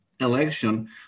election